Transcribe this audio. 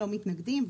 לא מתנגדים,